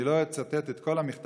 אני לא אצטט את כל המכתב,